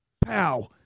Pow